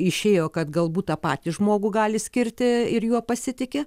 išėjo kad galbūt tą patį žmogų gali skirti ir juo pasitiki